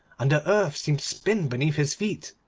and the earth seemed to spin beneath his feet,